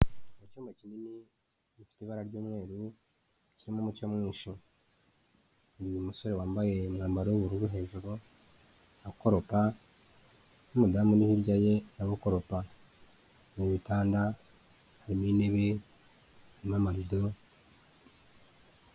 Icyumba kinini gifite ibara ry'umweru, kirimo umucyo mwinshi. Uyu musore wambaye umwambaro w'ubururu hejuru, akoropa. N'umudamu uri hirya ye nawe ukoropa, n' ibitanda. Harimo intebe, harimo amarido.